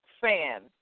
fan